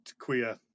queer